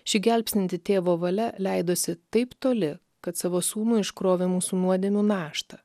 ši gelbstinti tėvo valia leidosi taip toli kad savo sūnų iškrovė mūsų nuodėmių naštą